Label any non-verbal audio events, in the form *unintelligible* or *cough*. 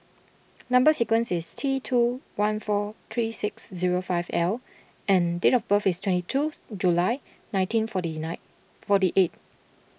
Number Sequence is T two one four three six zero five L and date of birth is twenty two *unintelligible* July nineteen forty nine forty eight